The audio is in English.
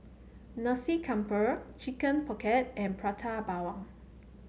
Nasi Campur Chicken Pocket and Prata Bawang